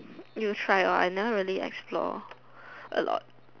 you try lor I never really explore a lot